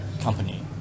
company